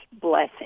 blessing